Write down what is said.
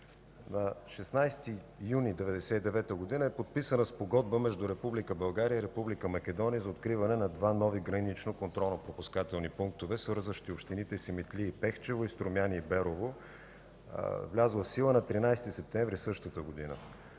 На 16 юни 1999 г. е подписана Спогодба между Република България и Република Македония за откриване на два нови гранични контролно-пропускателни пунктове, свързващи общините Симитли и Пехчево; и Струмяни и Берово, влязла в сила на 13 септември същата година.